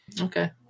Okay